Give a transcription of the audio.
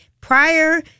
prior